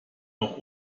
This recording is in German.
auch